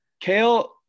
Kale